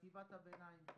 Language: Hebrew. חטיבת הביניים כן.